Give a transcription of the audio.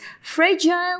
fragile